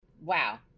Wow